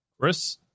Chris